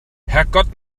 herrgott